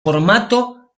formato